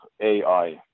AI